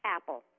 Apple